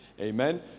Amen